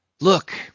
Look